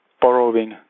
borrowing